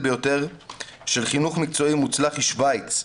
ביותר של חינוך מקצועי מוצלח היא שוויץ,